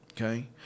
Okay